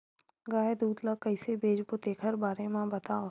गाय दूध ल कइसे बेचबो तेखर बारे में बताओ?